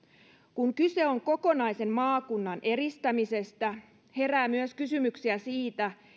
kun kyse on kokonaisen maakunnan eristämisestä herää myös kysymyksiä siitä